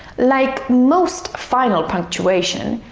like most final punctuation,